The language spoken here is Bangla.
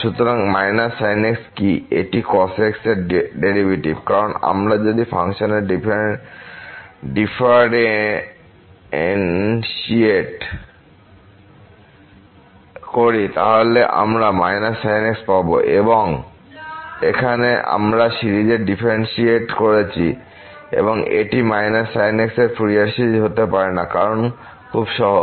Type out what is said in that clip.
সুতরাং −sin x কি এটি cos x এর ডেরিভেটিভ কারণ আমরা যদি ফাংশন এর ডিফারেন্শিয়েট করি তাহলে আমরা −sin x পাবো এবং এখানে আমরা সিরিজের ডিফারেন্শিয়েট করেছি এবং এটি −sin x এর ফুরিয়ার সিরিজ হতে পারে না এবং কারণ খুব সহজ